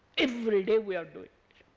every day we are doing it.